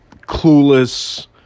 clueless